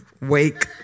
wake